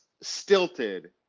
stilted